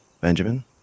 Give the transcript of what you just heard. Benjamin